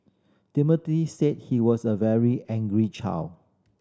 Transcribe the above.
Timothy said he was a very angry child